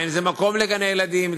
האם זה מקום לגני-ילדים?